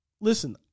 listen